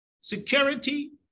security